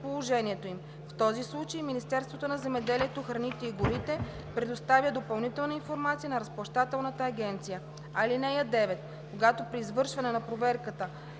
В този случай Министерството на земеделието, храните и горите предоставя допълнителна информация на Разплащателната агенция. (9) Когато при извършване на проверката